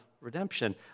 redemption